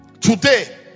Today